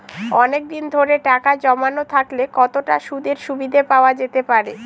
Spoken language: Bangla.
অনেকদিন ধরে টাকা জমানো থাকলে কতটা সুদের সুবিধে পাওয়া যেতে পারে?